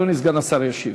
אדוני סגן השר ישיב.